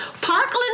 parkland